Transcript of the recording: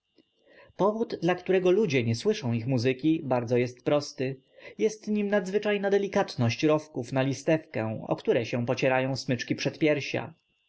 powód dla którego ludzie nie słyszą ich muzyki bardzo jest prosty jest nim nadzwyczajna delikatność rowków na listewkęlistewce o które się pocierają smyczki